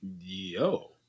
yo